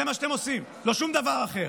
זה מה שאתם עושים, ולא שום דבר אחר.